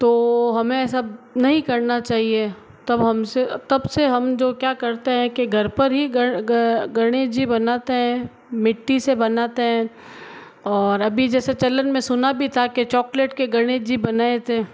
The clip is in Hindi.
तो हमें यह सब नहीं करना चाहिए तब हमसे तब से हम जो क्या करते हैं कि घर पर ही गणेश जी बनाते हैं मिट्टी से बनाते हैं और अभी जैसे चलन में सुना भी था के चॉकलेट के गणेश जी बनाए थे